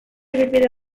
ibilbide